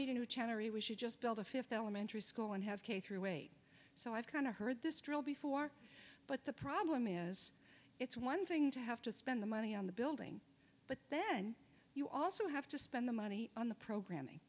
need a new channel or a we should just build a fifth elementary school and have k through eight so i've kind of heard this drill before but the problem is it's one thing to have to spend the money on the building but then you also have to spend the money on the programming